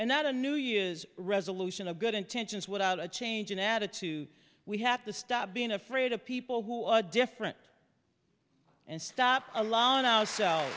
and not a new year's resolution of good intentions without a change in attitude we have to stop being afraid of people who are different and stop allowing out